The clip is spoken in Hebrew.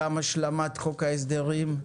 גם השלמת חוק ההסדרים,